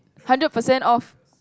hundred per cent off